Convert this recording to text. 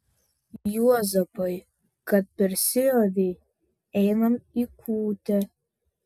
juozapai kad persiavei einam į kūtę